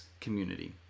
community